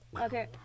Okay